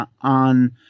on